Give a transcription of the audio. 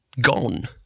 gone